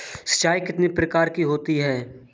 सिंचाई कितनी प्रकार की होती हैं?